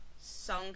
Song